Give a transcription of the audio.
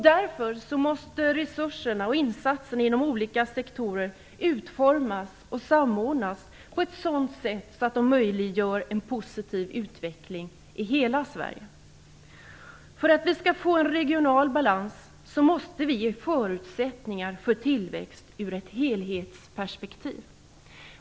Därför måste resurserna och insatserna inom olika sektorer utformas och samordnas på ett sådant sätt att de möjliggör en positiv utveckling i hela Sverige. För att vi skall få en regional balans måste vi ge förutsättningar för tillväxt ur ett helhetsperspektiv.